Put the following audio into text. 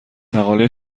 مقاله